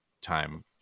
time